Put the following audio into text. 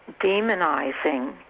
demonizing